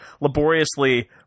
laboriously